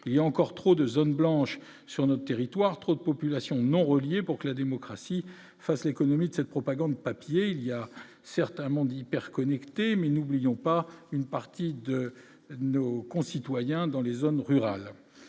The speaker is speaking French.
il y a encore trop de zones blanches sur notre territoire entre population non reliés pour que la démocratie face économie de cette propagande papier il y a certes monde hyper-connectés, mais n'oublions pas une partie de nos concitoyens dans les zones rurales,